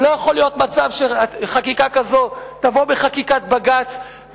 ולא יכול להיות מצב שחקיקה כזאת תבוא בחקיקת בג"ץ.